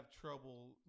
trouble